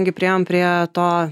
kai priėjom prie to